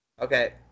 okay